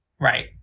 Right